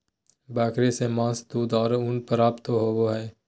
बकरी से मांस, दूध और ऊन प्राप्त होबय हइ